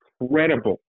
incredible